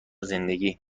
زندگی